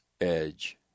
edge